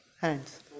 hands